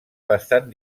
bastant